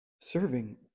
serving